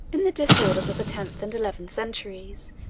in the disorders of the tenth and eleventh centuries,